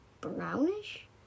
brownish